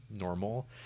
normal